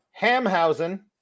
Hamhausen